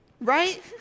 Right